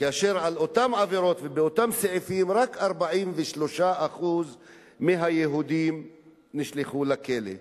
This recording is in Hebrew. ועל אותן עבירות ובאותם סעיפים רק 43% מהיהודים נשלחו לכלא.